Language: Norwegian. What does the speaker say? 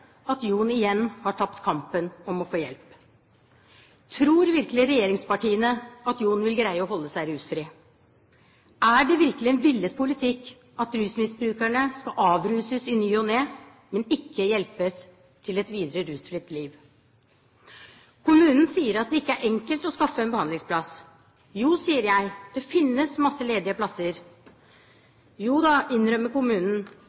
at Jon igjen har tapt kampen for å få hjelp. Tror virkelig regjeringspartiene at Jon vil greie å holde seg rusfri? Er det virkelig villet politikk at rusmisbrukerne skal avruses i ny og ne, men ikke hjelpes videre til et rusfritt liv? Kommunen sier at det ikke er enkelt å skaffe en behandlingsplass. Jo, sier jeg, det finnes masse ledige plasser. Jo da, innrømmer kommunen,